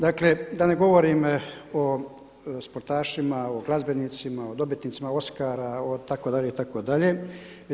Dakle da ne govorim o sportašima, o glazbenicima, o dobitnicima Oskara o, itd., itd.